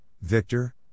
Victor